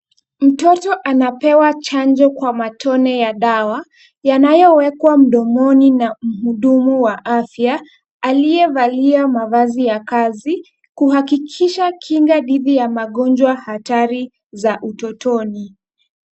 Mtoto anapewa chanjo kwa matone ya dawa, yanayowekwa mdomoni na mhudumu wa afya aliyevalia mavazi ya kazi, kuhakikisha kinga dhidi ya magonjwa hatari za utotoni.